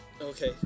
Okay